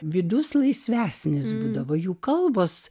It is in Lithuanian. vidus laisvesnis būdavo jų kalbos